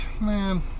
man